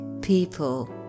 people